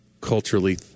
culturally